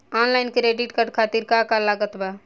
Online credit card खातिर का का लागत बा?